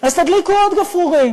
אז תדליקו עוד גפרורים,